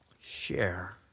share